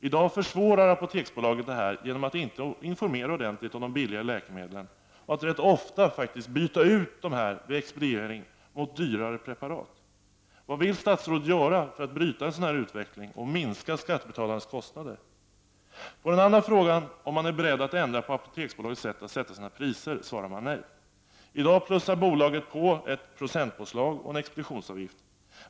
I dag försvårar Apoteksbolaget detta genom att inte informera ordentligt om de billigare läkemedlen och genom att rätt ofta byta ut dessa vid expediering mot dyrare preparat. Vad vill statsrådet göra för att bryta en sådan utveckling och minska skattebetalarnas kostnader? På den andra frågan, om man är beredd att ändra på Apoteksbolagets sätt att sätta sina priser, svarar man nej. I dag plussar bolaget på ett procentpåslag och en expeditionsavgift.